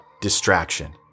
Distraction